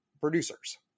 producers